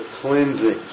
cleansing